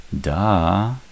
Duh